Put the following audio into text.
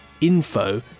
info